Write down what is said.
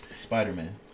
Spider-Man